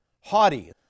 haughty